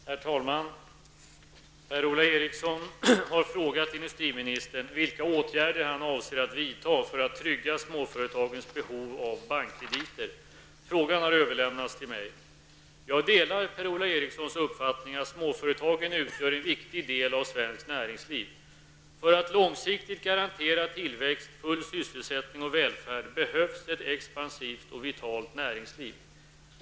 Herr talman! Per-Ola Eriksson har frågat industriministern vilka åtgärder han avser att vidta för att trygga småföretagens behov av bankkrediter. Frågan har överlämnats till mig. Jag delar Per-Ola Erikssons uppfattning att småföretagen utgör en viktig del av svenskt näringsliv. För att långsiktigt garantera tillväxt, full sysselsättning och välfärd behövs ett expansivt och vitalt näringsliv.